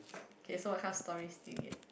okay so what kind of story still yet